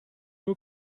nur